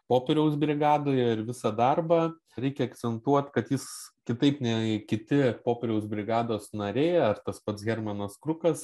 popieriaus brigadoje ir visą darbą reikia akcentuot kad jis kitaip nei kiti popieriaus brigados nariai ar tas pats hermanas krukas